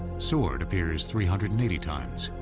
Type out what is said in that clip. sword appears three hundred and eighty times.